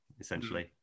essentially